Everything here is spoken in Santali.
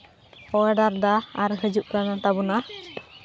ᱚᱰᱟᱨ ᱮᱫᱟ ᱟᱨ ᱦᱟᱹᱡᱩᱜ ᱠᱟᱱ ᱛᱟᱵᱚᱱᱟ